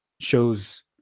shows